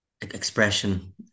expression